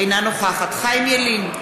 אינה נוכחת חיים ילין,